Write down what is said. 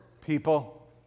people